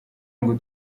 ngo